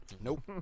Nope